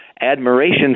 admiration